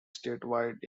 statewide